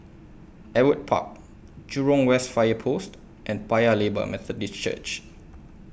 Ewart Park Jurong West Fire Post and Paya Lebar Methodist Church